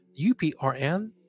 UPRN